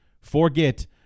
forget